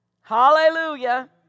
hallelujah